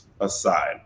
aside